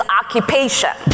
occupation